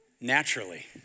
Naturally